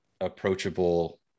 approachable